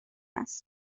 است